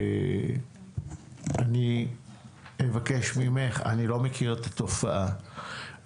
אני לא מכיר את התופעה,